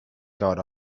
got